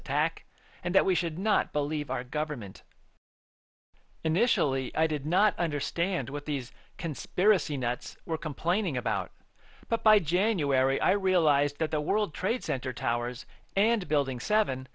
attack and that we should not believe our government initially i did not understand what these conspiracy nuts were complaining about but by january i realized that the world trade center towers and building seven